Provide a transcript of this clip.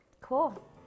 Cool